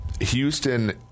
Houston